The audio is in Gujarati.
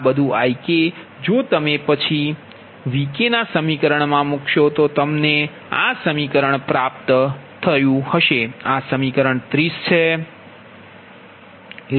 આ બધું Ikજો તમે પછી Vi ના સમીકરણ મા મૂકશો તો તમને આ સમીકરણ મળશે